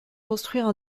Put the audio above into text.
construire